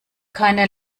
keine